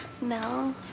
No